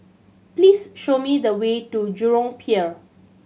please show me the way to Jurong Pier